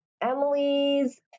Emily's